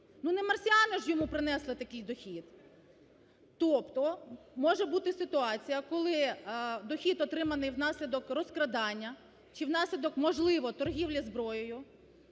Ну, не марсіани ж йому принесли такий дохід? Тобто, може бути ситуація, коли дохід, отриманий внаслідок розкрадання чи внаслідок, можливо, торгівлі зброєю,